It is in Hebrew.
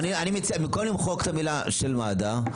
במקום למחוק את המילה של מד"א,